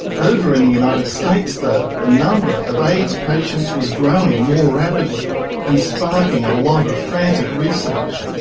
over in the united states, though, the number of aids patients was growing more rapidly and sparking a lot of frantic research.